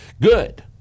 Good